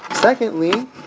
Secondly